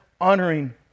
honoring